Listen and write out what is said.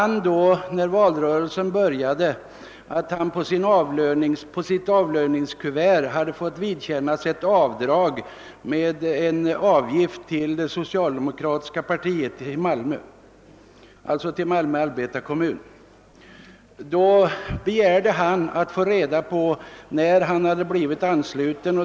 När valrörelsen började fann han i sitt avlöningskuvert: att. han' hade fått vidkännas av drag för avgift till den socialdemokratiska partiorganisationen, d.v.s.. Malmö arbetarekommun. Han begärde då att få reda på när han hade blivit ansluten.